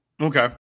Okay